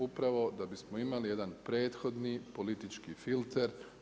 Upravo, da bismo imali jedan prethodni politički filter.